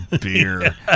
beer